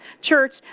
church